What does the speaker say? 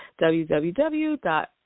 www